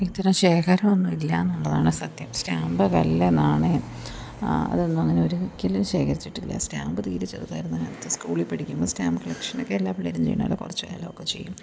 ഇത്തരം ശേഖരമൊന്നുമില്ല എന്നുള്ളതാണ് സത്യം സ്റ്റാമ്പ് കല്ല് നാണയം അതൊന്നും അങ്ങനെ ഒരു ദിക്കിലും ശേഖരിച്ചിട്ടില്ല സ്റ്റാമ്പ് തീരെ ചെറുതായിരുന്ന നേരത്ത് സ്കൂളിൽ പഠിക്കുമ്പോൾ സ്റ്റാമ്പ് കളക്ഷനൊക്കെ എല്ലാ പിള്ളേരും ചെയ്യണതല്ലേ കുറച്ച് കാലമൊക്കെ ചെയ്യും